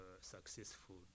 successful